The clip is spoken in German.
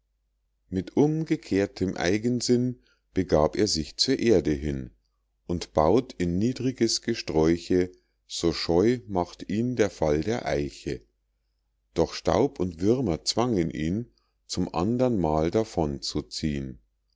mit umgekehrtem eigensinn begab er sich zur erde hin und baut in niedriges gesträuche so scheu macht ihn der fall der eiche doch staub und würmer zwangen ihn zum andern mal davon zu ziehn